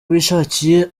bishakiye